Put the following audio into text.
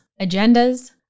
agendas